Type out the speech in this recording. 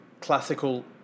classical